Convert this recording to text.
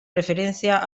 referencia